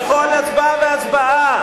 בכל הצבעה והצבעה.